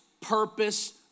purpose